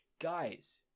guys